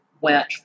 went